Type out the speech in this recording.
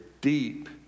deep